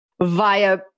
via